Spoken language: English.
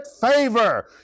favor